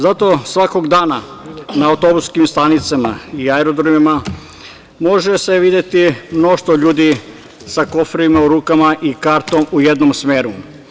Zato svakog dana na autobuskim stanicama i aerodromima može se videti mnoštvo ljudi sa koferima u rukama i kartom u jednom smeru.